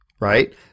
right